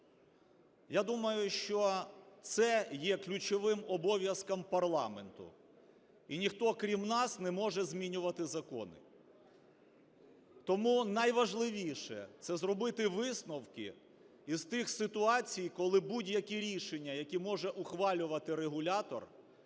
Я думаю, що це є ключовим обов'язком парламенту, і ніхто, крім нас, не може змінювати закони. Тому найважливіше - це зробити висновки із тих ситуацій, коли будь-які рішення, які може ухвалювати регулятор,